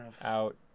out